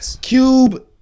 Cube